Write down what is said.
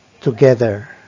together